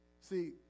see